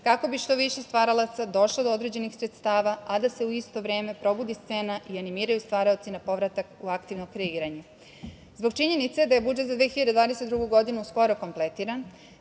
kako bi što više stvaralaca došlo do određenih sredstava, a da se u isto vreme probudi scena i animiraju stvaraoci na povratak u aktivno kreiranje. Zbog činjenice da je budžet za 2022. godinu skoro kompletiran,